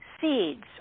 seeds